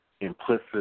implicit